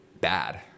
bad